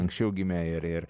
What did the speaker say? anksčiau gimę ir ir